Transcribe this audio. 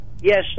Yes